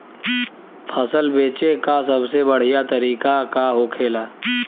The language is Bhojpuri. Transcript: फसल बेचे का सबसे बढ़ियां तरीका का होखेला?